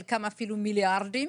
חלקם אפילו מיליארדים,